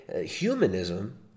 Humanism